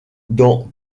dans